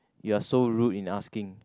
you're so rude in asking